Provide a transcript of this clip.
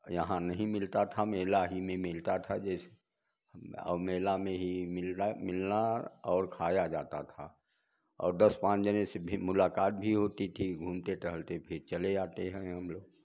यहाँ नहीं मिलता था मेला ही में मिलता था जै और मेला में ही मिलना मिलना और खाया जाता था और दस पाँच जने से भी मुलाकात भी होती थी घूमते टहलते फिर चले आते हैं हम लोग